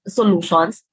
solutions